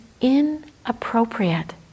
inappropriate